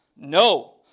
No